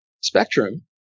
spectrum